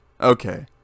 okay